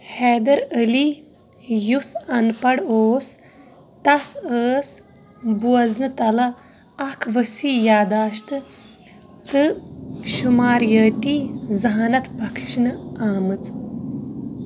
حیدرعلی یُس اَنپَڑھ اوس تس ٲس بوزنہٕ تلہٕ اکھ ؤسیع یاداشت تہٕ شُماریٲتی ذہانت بخشنہٕ آمٕژ